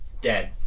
Dead